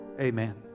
amen